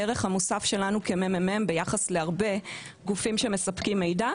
הערך המוסף שלנו כמ.מ.מ ביחס להרבה גופים שמספקים מידע,